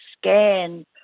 scan